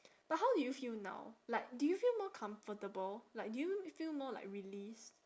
but how do you feel now like do you feel more comfortable like do you feel like more released